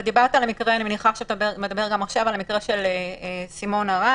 אתה דיברת על המקרה, אני מניחה, של סימונה רז.